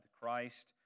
Christ